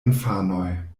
infanoj